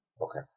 Okay